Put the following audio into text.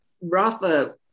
Rafa